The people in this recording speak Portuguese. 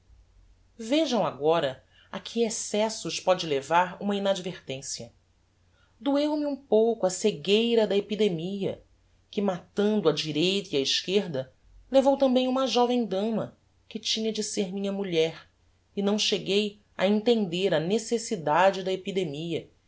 vejam agora a que excessos póde levar uma inadvertencia doeu-me um pouco a cegueira da epidemia que matando á direita e á esquerda levou tambem uma jovem dama que tinha de ser minha mulher e não cheguei a entender a necessidade da epidemia